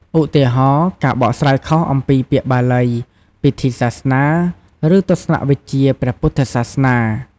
ឧទាហរណ៍ ការបកស្រាយខុសអំពីពាក្យបាលី ពិធីសាសនា ឬទស្សនៈវិជ្ជាព្រះពុទ្ធសាសនា។